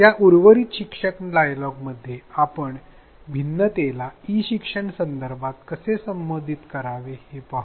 या उर्वरित शिक्षण डायलॉगमध्ये आपण या भिन्नतेला ई शिक्षण संदर्भात कसे संबोधित करावे ते पाहू